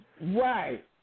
right